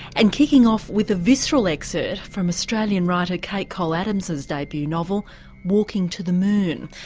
and kicking off with a visceral excerpt from australian writer kate cole adams's debut novel walking to the moon,